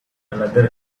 another